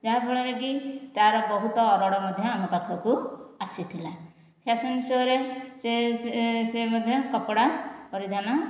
ଯାହାଫଳରେ କି ତାର ବହୁତ ଅର୍ଡ଼ର ମଧ୍ୟ ଆମ ପାଖକୁ ଆସିଥିଲା ଫ୍ୟାସନ ସୋ'ରେ ସେ ସେ ସେ ମଧ୍ୟ କପଡ଼ା ପରିଧାନ